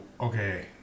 okay